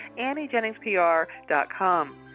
AnnieJenningsPR.com